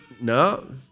No